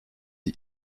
sie